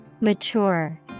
Mature